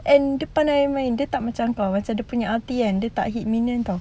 and dia pandai main dia tak macam kau macam dia punya ulti kan dia tak hit minion